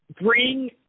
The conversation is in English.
bring